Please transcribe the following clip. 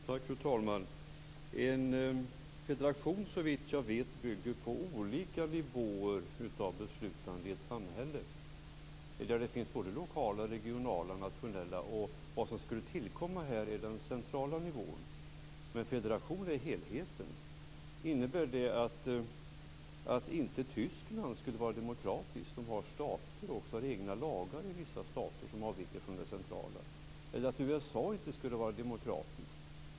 Fru talman! En federation bygger såvitt jag vet på olika nivåer av beslutande i ett samhälle. Det finns lokala, regionala och nationella nivåer. Det som skulle tillkomma här är den centrala nivån. En federation är en helhet. Innebär detta att Tyskland inte skulle vara demokratiskt i och med att man har stater och egna lagar i vissa stater som avviker från de centrala? Skulle inte USA vara demokratiskt?